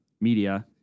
media